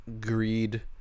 greed